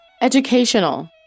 Educational